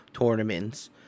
tournaments